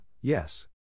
yes